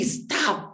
stop